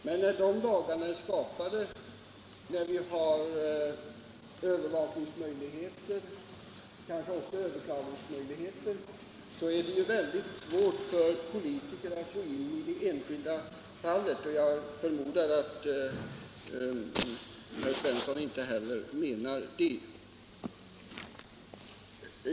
Men när de lagarna har skapats och vi har övervakningsmöjligheter och kanske också överklagningsmöjligheter, är det mycket svårt för politikerna att gå in i det enskilda fallet. Jag förmodar att herr Svensson i Malmö inte heller anser att vi skall göra det.